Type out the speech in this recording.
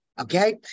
Okay